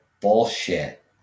bullshit